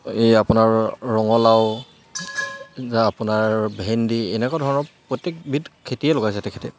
এই আপোনাৰ ৰঙালাও যা আপোনাৰ ভেন্দি এনেকুৱা ধৰণৰ প্ৰত্যেকবিধ খেতিয়ে লগাইছে তেখেতে